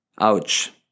Ouch